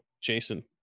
Jason